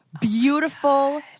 Beautiful